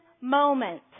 moment